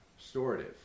Restorative